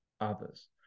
others